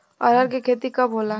अरहर के खेती कब होला?